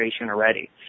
already